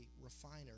refiner